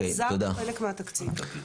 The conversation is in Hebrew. החזרנו חלק מהתקציב.